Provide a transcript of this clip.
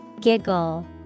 Giggle